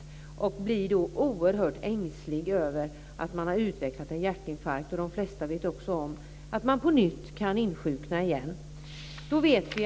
Patienten blir naturligtvis oerhört ängslig över att ha utvecklat sin hjärtinfarkt. De flesta vet om att man kan insjukna på nytt.